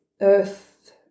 Earth